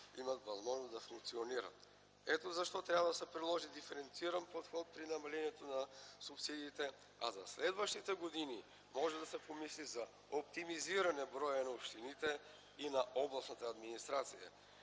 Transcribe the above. имат възможност да функционират. Ето защо трябва да се приложи диференциран подход при намалението на субсидиите, а в следващите години може да се помисли за оптимизиране броя на общините и на областната администрация.